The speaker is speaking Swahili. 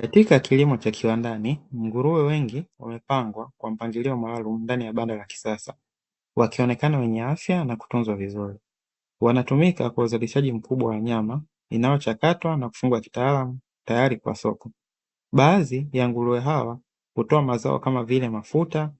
Katika kilimo cha kiwandani, nguruwe wengi wamepangwa kwa mpangilio maalumu, ndani ya banda la kisasa, wakionekana wenye afya na kutunzwa vizuri, wanatumika kwa uzalishaji mkubwa wa nyama kwa inayochakatwa na kufungwa kitaalamu, tayari kwa soko. Baadhi ya nguruwe hawa hutoa mazao kama vile mafuta